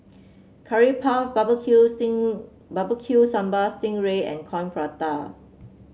Curry Puff barbecue sting Barbecue Sambal Sting Ray and Coin Prata